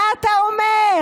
מה אתה אומר?